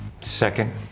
Second